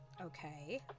Okay